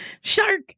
Shark